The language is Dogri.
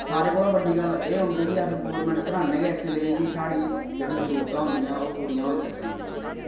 सारें कोला बड्डी गल्ल एह् होंदी कि अस गौरमेंट बनाने गै इस्सै लेई कि साढ़ी जेह्ड़ी जरूरतां होंदियां ओह् पूरियां होई सकन